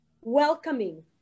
welcoming